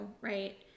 right